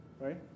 right